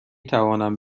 توانم